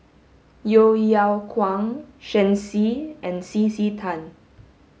Yeo Yeow Kwang Shen Xi and C C Tan